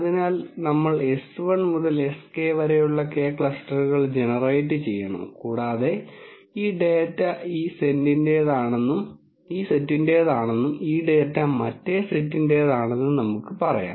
അതിനാൽ നമ്മൾ s1 മുതൽ sk വരെയുള്ള കെ ക്ലസ്റ്ററുകൾ ജെനെറേറ്റ് ചെയ്യണം കൂടാതെ ഈ ഡാറ്റ ഈ സെറ്റിന്റേതാണെന്നും ഈ ഡാറ്റ മറ്റേ സെറ്റിന്റേതാണെന്നും നമുക്ക് പറയാം